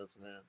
man